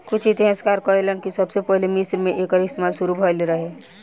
कुछ इतिहासकार कहेलेन कि सबसे पहिले मिस्र मे एकर इस्तमाल शुरू भईल रहे